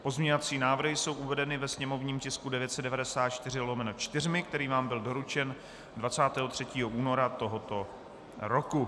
Pozměňovací návrhy jsou uvedeny ve sněmovním tisku 994/4, který vám byl doručen 23. února tohoto roku.